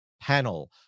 panel